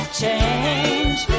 change